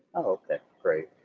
okay, great,